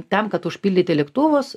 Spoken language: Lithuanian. tam kad užpildyti lėktuvus